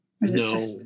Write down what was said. No